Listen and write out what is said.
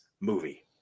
movie